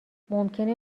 ممکنه